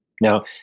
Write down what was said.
Now